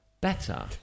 better